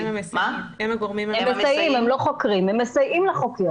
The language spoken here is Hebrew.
הם מסייעים לחוקר.